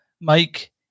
Mike